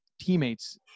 teammates